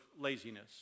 laziness